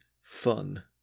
fun